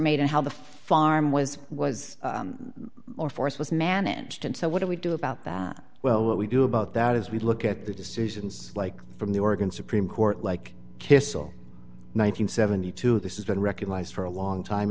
made and how the farm was was or force was managed and so what do we do about that well what we do about that is we look at the decisions like from the organ supreme court like kissel one hundred and seventy two this is been recognized for a long time